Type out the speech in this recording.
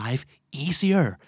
easier